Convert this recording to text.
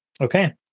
Okay